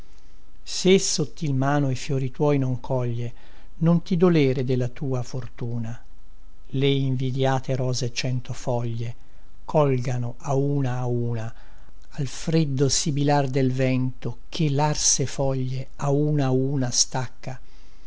se sottil mano i fiori tuoi non coglie non ti dolere della tua fortuna le invidïate rose centofoglie colgano a una a una al freddo sibilar del vento che larse foglie a una a una stacca